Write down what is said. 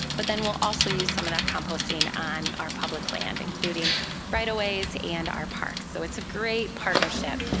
but then, we'll also use some of that composting on our public land, including right-of-ways and our parks. so it's a great partnership.